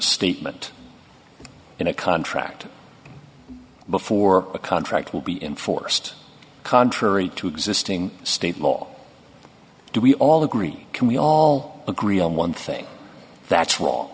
statement in a contract before a contract will be enforced contrary to existing state law do we all agree can we all agree on one thing that's wrong